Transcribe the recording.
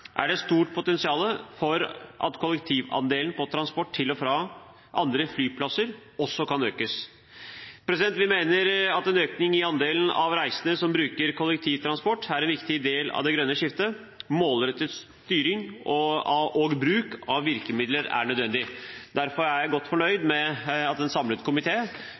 er det stort potensial for at kollektivandelen på transport til og fra andre flyplasser også kan økes. Vi mener at en økning i andelen av reisende som bruker kollektivtransport, er en viktig del av det grønne skiftet. Målrettet styring og bruk av virkemidler er nødvendig. Derfor er jeg godt fornøyd med at en samlet